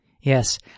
Yes